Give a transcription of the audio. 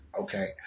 Okay